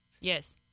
Yes